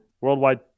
worldwide